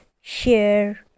share